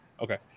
okay